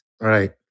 Right